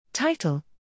Title